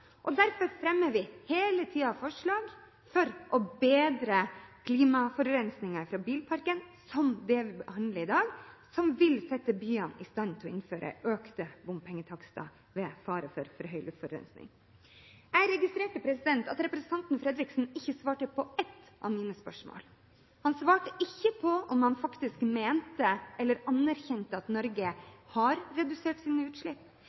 og derfor fremmer vi hele tiden forslag for å bedre klimaforurensninger fra bilparken – som det vi behandler i dag – som vil sette byene i stand til å innføre økte bompengetakster ved fare for for høy luftforurensning. Jeg registrerte at representanten Fredriksen ikke svarte på ett av mine spørsmål. Han svarte ikke på om han faktisk mente eller anerkjente at Norge har redusert sine utslipp.